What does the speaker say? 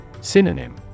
Synonym